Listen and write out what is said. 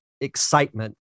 excitement